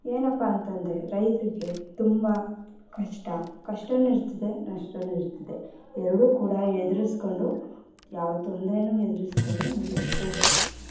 ಏನಪ್ಪ ಅಂತಂದರೆ ರೈತರಿಗೆ ತುಂಬ ಕಷ್ಟ ಕಷ್ಟವೂ ಇರ್ತದೆ ನಷ್ಟವೂ ಇರ್ತದೆ ಎರಡೂ ಕೂಡ ಎದ್ರುಸ್ಕೊಂಡು ಯಾವ ತೊಂದ್ರೆಯೂ ಎದ್ರುಸ್ಕೊಂಡು ಮುಂದೆ ಹೋಗ್ತಿರ್ತಾನೆ